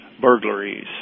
burglaries